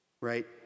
right